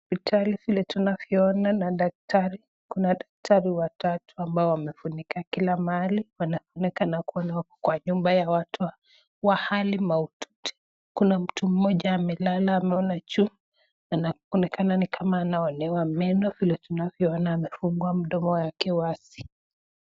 Huku ni hospitali vile tunavyoona na daktari ,kuna daktari watatu ambao wamefunika kila mahali wanaonekana kuwa wako kwa nyumba ya watu wa hali mahututi , kuna mtu mmoja amelala ameona juu anaonekana ni kama anang'olewa meno vile tunavyoona amefungua mdomo wake wazi.